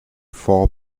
four